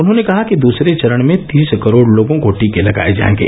उन्होंने कहा कि दूसरे चरण में तीस करोड़ लोगों को टीके लगाए जाएंगे